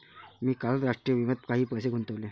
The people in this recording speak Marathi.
मी कालच राष्ट्रीय विम्यात काही पैसे गुंतवले